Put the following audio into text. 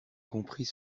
comprit